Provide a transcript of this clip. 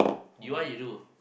you want you do